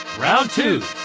round two.